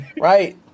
Right